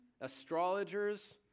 astrologers